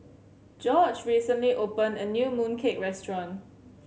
Gorge recently opened a new mooncake restaurant